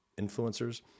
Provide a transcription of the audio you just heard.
influencers